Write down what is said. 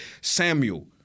Samuel